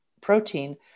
protein